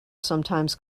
sometimes